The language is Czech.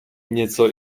něco